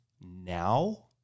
now